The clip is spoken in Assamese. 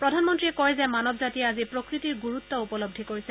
প্ৰধানমন্ত্ৰীয়ে কয় যে মানৱ জাতিয়ে আজি প্ৰকৃতিৰ গুৰুত্ব উপলব্ধি কৰিছে